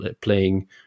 playing